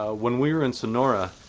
ah when we were in sonora,